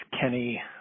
Kenny